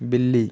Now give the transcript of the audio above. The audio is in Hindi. बिल्ली